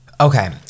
Okay